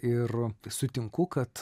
ir sutinku kad